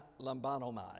lambanomai